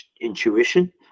intuition